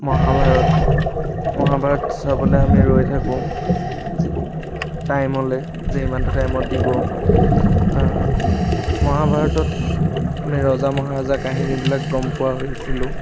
মহাভাৰত মহাভাৰত চাবলে আমি ৰৈ থাকোঁ টাইমলে যে ইমানটো টাইমত দিব মহাভাৰতত আমি ৰজা মহাৰজাৰ কাহিনীবিলাক গম পোৱা হৈছিলোঁ